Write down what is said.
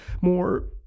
more